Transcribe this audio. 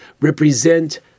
represent